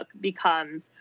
becomes